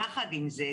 יחד עם זה,